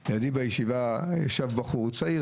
ישב לידי בחור צעיר בישיבה.